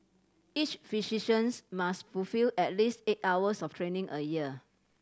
each physicians must fulfil at least eight hours of training a year